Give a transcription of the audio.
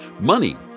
Money